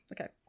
Okay